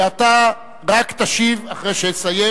ואתה רק תשיב אחרי שאסיים